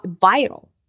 vital